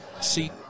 See